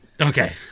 Okay